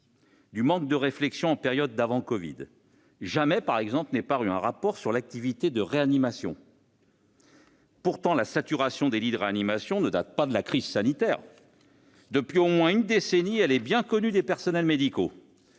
du manque de réflexion de la période d'avant le covid : jamais, par exemple, n'est paru un rapport sur l'activité de réanimation. Pourtant, la saturation des lits de réanimation ne date pas de la crise sanitaire ! Depuis au moins une décennie, elle est bien connue des personnels médicaux.